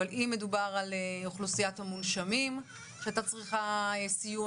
אבל אם מדובר על אוכלוסיית המונשמים שהייתה צריכה סיוע